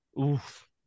Oof